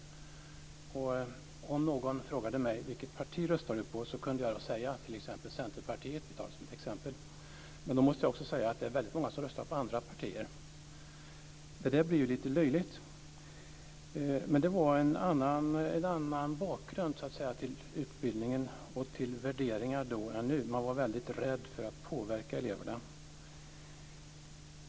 Och om någon frågade mig vilket parti jag röstade på så kunde jag säga t.ex. Centerpartiet - jag tar detta som ett exempel - men jag måste då också säga att det är väldigt många som röstar på andra partier. Detta blir ju lite löjligt. Men det var en annan bakgrund till utbildningen och till värderingar då än nu. Man var mycket rädd för att påverka eleverna.